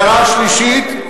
הערה שלישית.